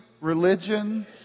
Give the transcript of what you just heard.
religion